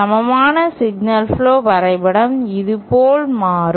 சமமான signal flow வரைபடம் இது போல் மாறும்